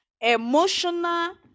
Emotional